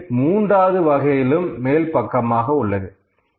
இது மூன்றாவது வகையிலும் மேல் பக்கமாக உள்ளது